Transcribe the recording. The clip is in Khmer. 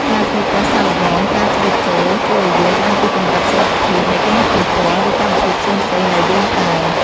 ការធ្វើតេស្តសាកល្បងការជ្រៀតចូលជួយឱ្យយើងដឹងពីកម្រិតសុវត្ថិភាពនៃគេហទំព័រ ឬកម្មវិធីផ្សេងៗដែលយើងប្រើ។